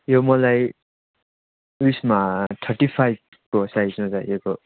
यो मलाई उइसमा थर्टी फाइभको साइजमा चाहिएको